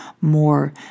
more